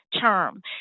term